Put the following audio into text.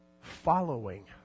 following